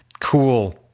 cool